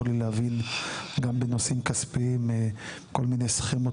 לי להבין גם בנושאים כספיים כל מיני סכמות